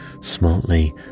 smartly